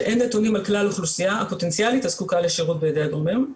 שאין נתונים על כלל האוכלוסייה הפוטנציאלית הזקוקה לשירות בידי הגורמים.